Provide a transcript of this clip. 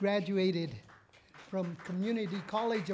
graduated from community college